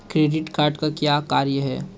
Credit card का क्या कार्य है?